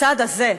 לצד הזה: